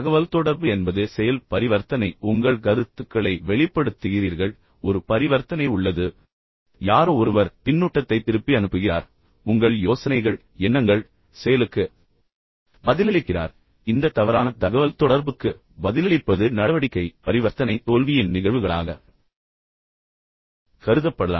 தகவல்தொடர்பு என்பது செயல் பரிவர்த்தனை நீங்கள் செயல்படுகிறீர்கள் உங்கள் கருத்துக்களை வெளிப்படுத்துகிறீர்கள் ஒரு பரிவர்த்தனை உள்ளது யாரோ ஒருவர் பின்னூட்டத்தை திருப்பி அனுப்புகிறார் மேலும் உங்கள் யோசனைகள் உங்கள் எண்ணங்கள் உங்கள் செயலுக்கு பதிலளிக்கிறார் மற்றும் இந்த தவறான தகவல்தொடர்புக்கு பதிலளிப்பது நடவடிக்கை பரிவர்த்தனை தோல்வியின் நிகழ்வுகளாகக் கருதப்படலாம்